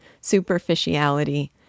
superficiality